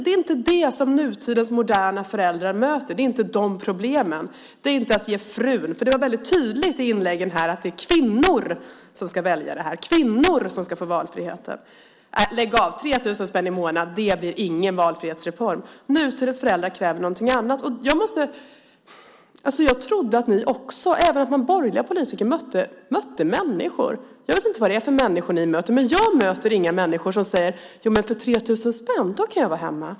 Det är inte det som nutidens moderna föräldrar möter. Det är inte de problemen. Det var väldigt tydligt i inläggen här att det är kvinnor som ska välja det här, kvinnor som ska få valfriheten. Lägg av! 3 000 spänn i månaden blir ingen valfrihetsreform. Nutidens föräldrar kräver något annat. Jag trodde att även borgerliga politiker mötte människor. Jag vet inte vad det är för människor ni möter. Jag möter inga människor som säger: För 3 000 spänn kan jag vara hemma.